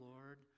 Lord